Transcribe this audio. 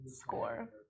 Score